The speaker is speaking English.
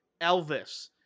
Elvis